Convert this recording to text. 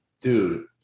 Dude